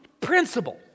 principle